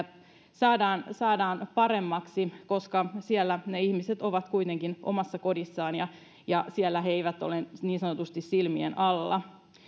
saadaan saadaan paremmaksi koska siellä ne ihmiset ovat kuitenkin omassa kodissaan ja ja siellä he eivät ole niin sanotusti silmien alla